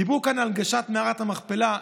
דיברו כאן על הנגשת מערת המכפלה.